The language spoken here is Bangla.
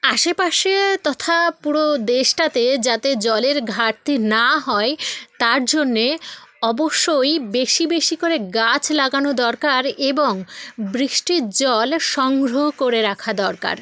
আশেপাশে তথা পুরো দেশটাতে যাতে জলের ঘাটতি না হয় তার জন্য অবশ্যই বেশি বেশি করে গাছ লাগানো দরকার এবং বৃষ্টির জল সংগ্রহ করে রাখা দরকার